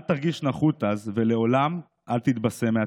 / אל תרגיש נחות אז, ולעולם אל תתבשם מהצלחה.